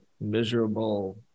miserable